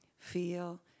Feel